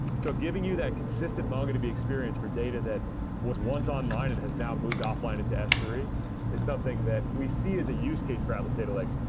so giving you that consistent mongodb experience for data that was once online and has now moved offline into s three is something that we see as a use case for atlas data lake.